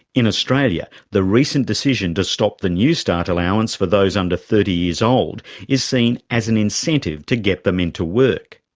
in australia, the recent decision to stop the newstart allowance for those under thirty years old is seen as an incentive to get them into work.